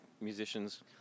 musicians